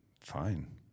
fine